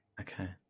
Okay